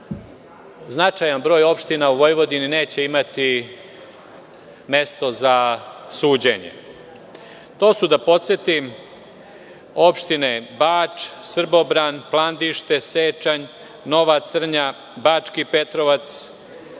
značajan broj opština u Vojvodini neće imati mesto za suđenje. To su da podsetim, opštine Bač, Srbobran, Plandište, Sečanj, Nova Crnja, Bački Petrovac,